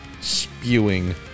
spewing